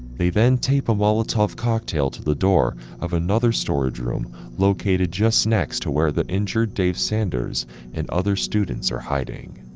they then tape a molotov cocktail to the door of another storage room located just next to where the injured dave sanders and other students are hiding.